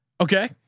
Okay